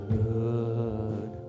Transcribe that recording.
good